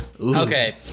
Okay